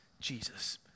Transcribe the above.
Jesus